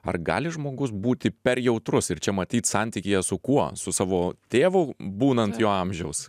ar gali žmogus būti per jautrus ir čia matyt santykyje su kuo su savo tėvu būnant jo amžiaus